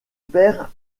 père